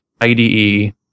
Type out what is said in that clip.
IDE